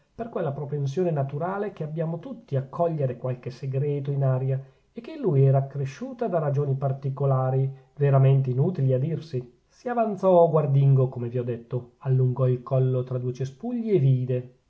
per quella propensione naturale che abbiamo tutti a cogliere qualche segreto in aria e che in lui era accresciuta da ragioni particolari veramente inutili a dirsi si avanzò guardingo come vi ho detto allungò il collo tra due cespugli e vide